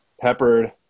peppered